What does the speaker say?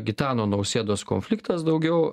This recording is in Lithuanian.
gitano nausėdos konfliktas daugiau